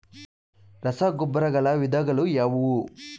ರಸಗೊಬ್ಬರಗಳ ವಿಧಗಳು ಯಾವುವು?